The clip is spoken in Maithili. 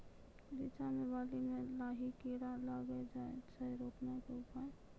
रिचा मे बाली मैं लाही कीड़ा लागी जाए छै रोकने के उपाय?